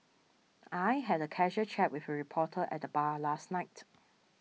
I had a casual chat with a reporter at the bar last night